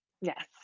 Yes